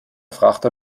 frachter